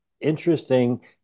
interesting